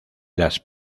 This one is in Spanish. las